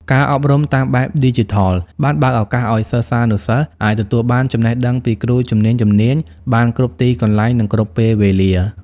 ការអប់រំតាមបែបឌីជីថលបានបើកឱកាសឱ្យសិស្សានុសិស្សអាចទទួលបានចំណេះដឹងពីគ្រូជំនាញៗបានគ្រប់ទីកន្លែង និងគ្រប់ពេលវេលា។